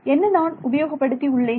என்ன நான் உபயோகப் படுத்தி உள்ளேன்